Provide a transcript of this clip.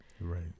Right